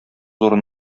урын